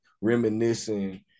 reminiscing